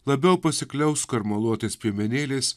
labiau pasikliaus skarmaluotais piemenėliais